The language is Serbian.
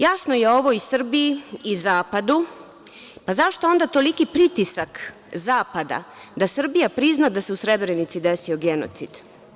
Jasno je ovoj Srbiji i Zapadu, pa zašto onda toliki pritisak Zapada da Srbija prizna da se u Srebrenici desio genocid?